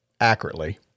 accurately